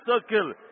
circle